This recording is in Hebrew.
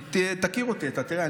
תכיר אותי, אתה תראה.